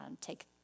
take